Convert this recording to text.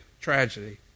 tragedy